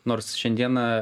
nors šiandieną